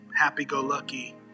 happy-go-lucky